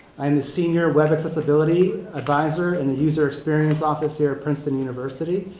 i am the senior web accessibility advisor in the user experience office here at princeton university.